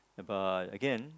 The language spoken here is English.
about again